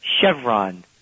chevron